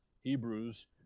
Hebrews